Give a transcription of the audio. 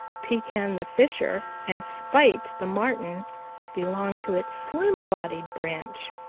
pekan the fisher and spite the marten belong to its slim-bodied branch.